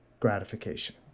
gratification